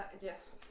yes